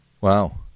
Wow